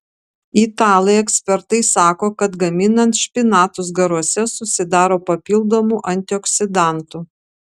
italai ekspertai sako kad gaminant špinatus garuose susidaro papildomų antioksidantų